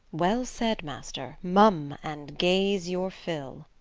well said, master mum! and gaze your fill.